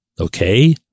okay